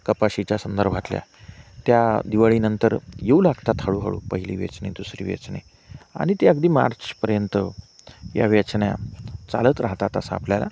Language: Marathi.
कपाशीच्या संदर्भातल्या त्या दिवाळीनंतर येऊ लागतात हळूहळू पहिली वेचणी दुसरी वेचणी आणि ते अगदी मार्चपर्यंत या वेचण्या चालत राहतात असं आपल्याला